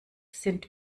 sind